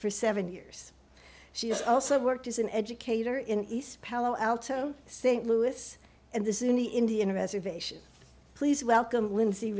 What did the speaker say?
for seven years she has also worked as an educator in east palo alto st louis and this is in the indian reservation please welcome lindsey